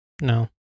No